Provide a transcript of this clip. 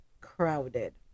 crowded